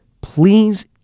please